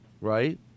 Right